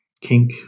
kink